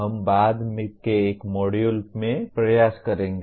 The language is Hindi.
हम बाद के एक मॉड्यूल में प्रयास करेंगे